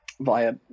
via